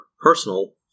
personal